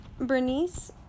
bernice